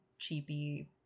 cheapy